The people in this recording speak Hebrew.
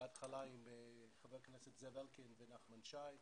בהתחלה עם חבר הכנסת זאב אלקין ונחמן שי,